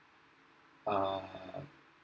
err